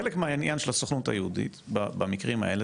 חלק מהעניין של הסוכנות היהודית במקרים האלה